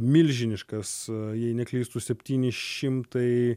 milžiniškas jei neklystu septyni šimtai